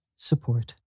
Support